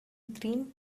green